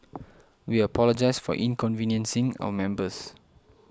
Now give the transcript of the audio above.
we apologise for inconveniencing our members